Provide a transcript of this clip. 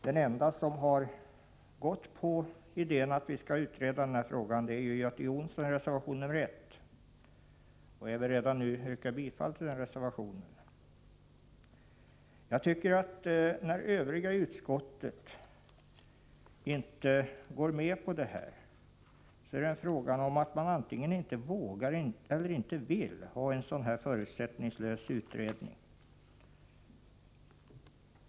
Den enda som har anslutit sig till idén att vi skall utreda frågan är Göte Jonssoni reservation 1, och jag vill redan nu yrka bifall till den reservationen. När övriga i utskottet inte går med på detta förslag innebär det antingen att man inte vågar eller att man inte vill ha en sådan förutsättningslös utredning.